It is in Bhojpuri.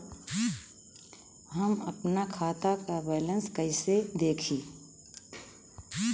हम आपन खाता क बैलेंस कईसे देखी?